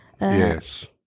Yes